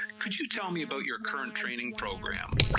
could you tell me about your current training program,